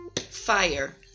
Fire